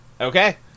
Okay